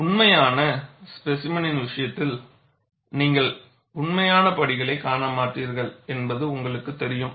உண்மையான ஸ்பேசிமெனின் விஷயத்தில் நீங்கள் உண்மையான படிகளைக் காண மாட்டீர்கள் என்பது உங்களுக்குத் தெரியும்